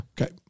Okay